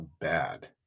bad